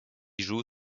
joue